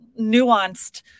nuanced